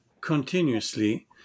continuously